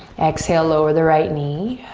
exhale lower the right knee.